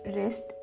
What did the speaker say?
rest